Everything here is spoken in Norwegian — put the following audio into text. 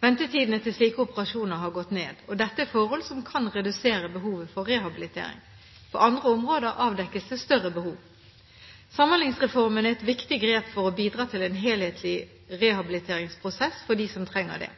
Ventetidene til slike operasjoner har gått ned. Dette er forhold som kan redusere behovet for rehabilitering. På andre områder avdekkes det større behov. Samhandlingsreformen er et viktig grep for å bidra til en helhetlig rehabiliteringsprosess for dem som trenger det.